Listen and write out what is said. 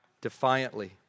defiantly